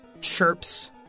chirps